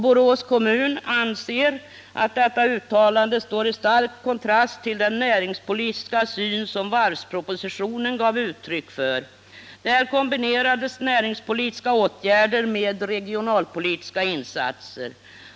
Borås kommun anser att detta uttalande står i stark kontrast till den näringspolitiska syn som varvspropositionen gav uttryck för. Där kombinerades näringspolitiska åtgärder med regionalpolitiska insatser.